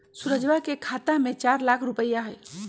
सुरजवा के खाता में चार लाख रुपइया हई